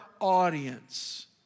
audience